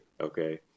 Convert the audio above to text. okay